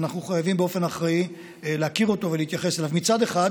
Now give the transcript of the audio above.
ואנחנו חייבים באופן אחראי להכיר אותו ולהתייחס אליו: מצד אחד